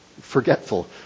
forgetful